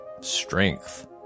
strength